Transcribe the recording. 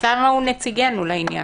אוסאמה הוא נציגינו לעניין.